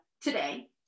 today